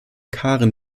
karen